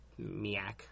MIAC